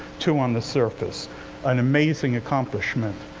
two on the surface an amazing accomplishment.